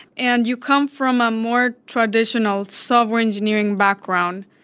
and you come from a more traditional software engineering background,